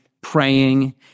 praying